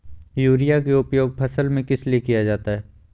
Urea के उपयोग फसल में किस लिए किया जाता है?